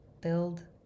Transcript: build